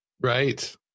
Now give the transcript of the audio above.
Right